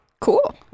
Cool